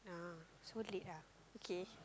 !huh! so late ah okay